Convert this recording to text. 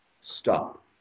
stop